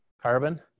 carbon